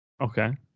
okay